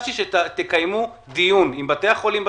ביקשתי שתקיימו דיון עם בתי החולים בצפון,